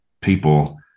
people